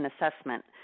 assessment